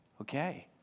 Okay